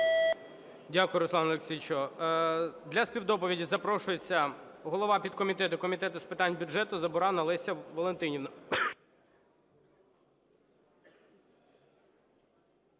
Дякую, Руслане Олексійовичу. Для співдоповіді запрошується голова підкомітету Комітету з питань бюджету Забуранна Леся Валентинівна.